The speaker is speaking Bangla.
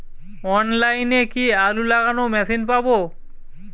অনলাইনে কি আলু লাগানো মেশিন পাব?